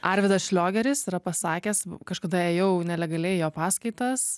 arvydas šliogeris yra pasakęs kažkada ėjau nelegaliai į jo paskaitas